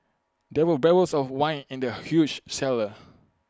there were barrels of wine in the huge cellar